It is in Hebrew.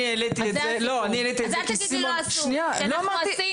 אני העליתי את זה כי זה כי סימןו --- אז זה הסיפור אז